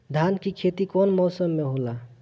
धान के खेती कवन मौसम में होला?